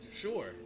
sure